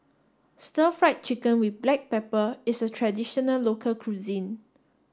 Stir Fried Chicken with Black Pepper is a traditional local cuisine